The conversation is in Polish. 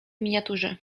miniaturze